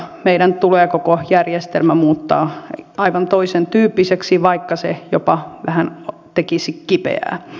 meidän tulee koko järjestelmä muuttaa aivan toisen tyyppiseksi vaikka se jopa vähän tekisi kipeää